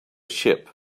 ship